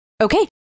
Okay